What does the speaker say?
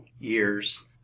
years